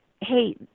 hey